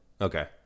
Okay